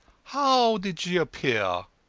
how did she appear?